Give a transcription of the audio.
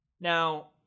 now